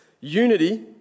Unity